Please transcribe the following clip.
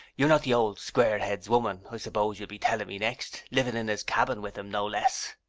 you're not the old square-head's woman, i suppose you'll be telling me next living in his cabin with him, no less!